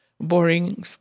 boring